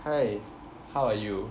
hi how are you